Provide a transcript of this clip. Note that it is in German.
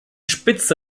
spitze